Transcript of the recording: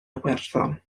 iwerddon